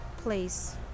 place